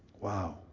Wow